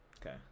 Okay